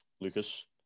Lucas